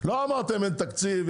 לא אמרתם אין תקציב,